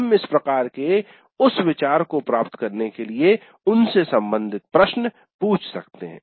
हम इस प्रकार के उस विचार को प्राप्त करने के लिए उनसे सम्बंधित प्रश्न पूछ सकते हैं